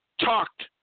talked